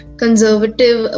conservative